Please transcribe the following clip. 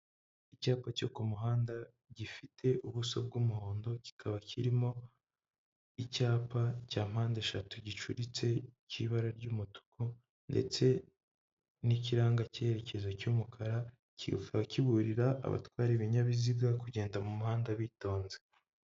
Icyapa cyo ku muhanda gifite ubuso bw'umuhondo, kikaba kirimo icyapa cya mpandeshatu gicuritse cy'ibara ry'umutuku ndetse n'ikiranga cyerekezo cy'umukara, kikaba kiburira abatwara ibinyabiziga kugenda mu muhanda bitonze.